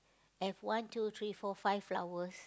have one two three four five flowers